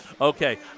Okay